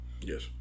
Yes